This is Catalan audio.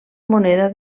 moneda